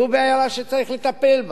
זו בעירה שצריך לטפל בה,